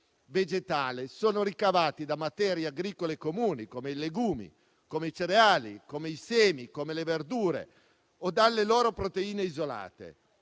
vegetale sono ricavati da materie agricole comuni, come i legumi, i cereali, i semi o le verdure, o dalle loro proteine isolate.